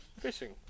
Fishing